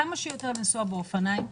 כמה שיותר לנסוע באופניים,